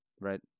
right